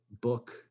book